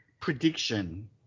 prediction